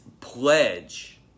pledge